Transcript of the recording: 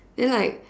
then like